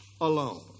alone